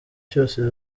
cyose